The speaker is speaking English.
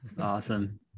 Awesome